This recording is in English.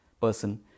person